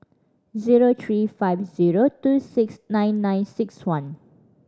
zero three five zero two six nine nine six one